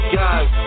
guys